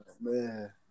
man